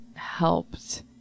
helped